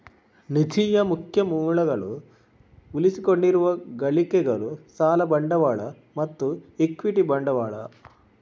ನಿಧಿಯ ಮುಖ್ಯ ಮೂಲಗಳು ಉಳಿಸಿಕೊಂಡಿರುವ ಗಳಿಕೆಗಳು, ಸಾಲ ಬಂಡವಾಳ ಮತ್ತು ಇಕ್ವಿಟಿ ಬಂಡವಾಳ